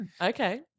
Okay